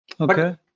okay